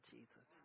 Jesus